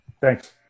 Thanks